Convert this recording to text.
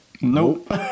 Nope